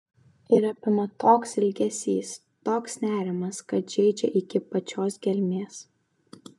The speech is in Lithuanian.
ir apima toks ilgesys toks nerimas kad žeidžia iki pačios gelmės